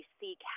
seek